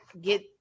get